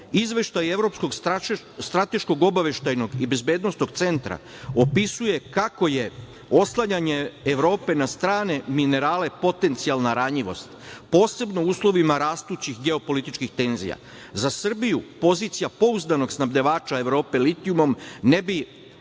regiona. Izveštaj evropskog Strateškog obaveštajnog i bezbednosnog centra opisuje kako je oslanjanje Evrope na strane minerale potencijalna ranjivost, posebno u uslovima rastućih geopolitičkih tenzija.Za Srbiju pozicija pouzdanog snabdevača Evrope litijumom ne bi